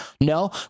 No